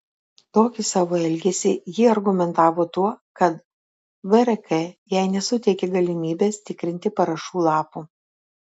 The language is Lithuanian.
tokį savo elgesį ji argumentavo tuo kad vrk jai nesuteikė galimybės tikrinti parašų lapų